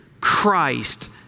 Christ